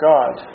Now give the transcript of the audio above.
God